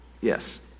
Yes